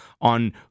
on